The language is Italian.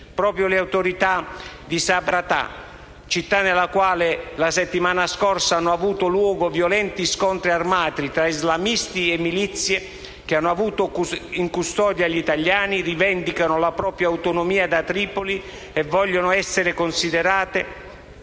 Proprio le autorità di Sabrata (città nella quale, la settimana scorsa, hanno avuto luogo violenti scontri armati tra islamisti e milizie), che hanno avuto in custodia gli italiani, rivendicano la propria autonomia da Tripoli e vogliono essere considerate